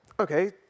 Okay